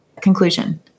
conclusion